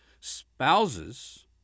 Spouses